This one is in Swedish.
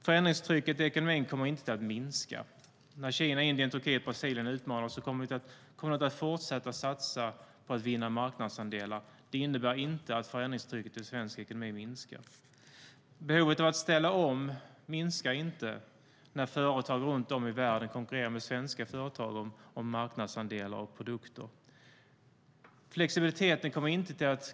Förändringstrycket i ekonomin kommer inte att minska. När Kina, Indien, Turkiet och Brasilien utmanar oss kommer man att fortsätta satsa på att vinna marknadsandelar. Det innebär inte att förändringstrycket i svensk ekonomi minskar. Behovet av att ställa om minskar inte när företag runt om i världen konkurrerar med svenska företag om marknadsandelar och produkter.